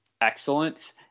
excellent